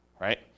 right